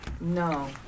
No